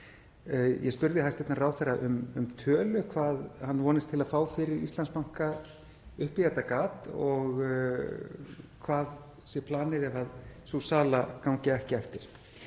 Ég spurði hæstv. ráðherra um tölu, hvað hann vonist til að fá fyrir Íslandsbanka upp í þetta gat og hvað sé planið ef sú sala gengur ekki eftir.